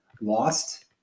lost